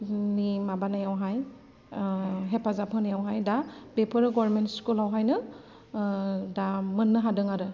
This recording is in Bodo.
नि माबानायावहाय हेफाजाब होनायाव दा बेफोरो गभर्नमेन्ट स्कुलआवहायनो दा मोननो हादों आरो